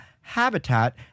habitat